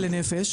זה לנפש